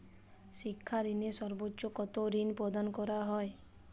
শিক্ষা ঋণে সর্বোচ্চ কতো ঋণ প্রদান করা হয়?